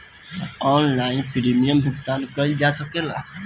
का online premium भुगतान कईल जा सकेला?